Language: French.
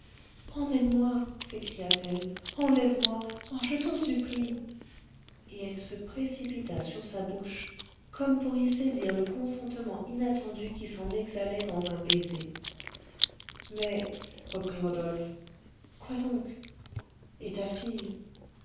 emmène-moi s'écria-t-elle enlève moi oh je t'en supplie et elle se précipita sur sa bouche comme pour y saisir le consentement inattendu qui s'en exhalait dans un baiser mais reprit rodolphe quoi donc et ta fille